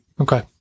Okay